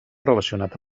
relacionat